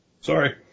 Sorry